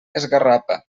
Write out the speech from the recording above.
esgarrapa